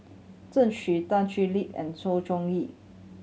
Xu Tan Thoon Lip and Sng Choon Yee